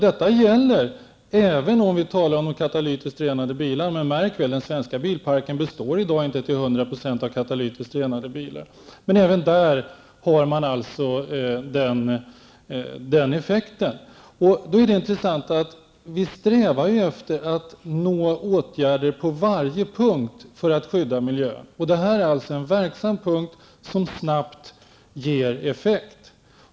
Detta gäller även när vi talar om de katalytiskt renade bilarna. Märk väl att den svenska bilparken i dag inte till hundra procent består av katalytiskt renade bilar. Men även där har man den effekten. Då är det intressant att vi ju strävar efter att nå åtgärder på varje punkt för att skydda miljön. Detta är alltså en verksam punkt, som snabbt ger effekt.